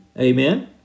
amen